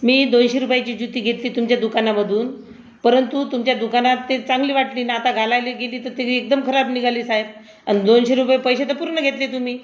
मी दोनशे रुपयाची जुती घेतली तुमच्या दुकानामधून परंतु तुमच्या दुकानात ती चांगली वाटली आणि आता घालयला गेली तर ती एकदम खराब निघाली साहेब दोनशे रुपये पैसे तर पूर्ण घेतले तुम्ही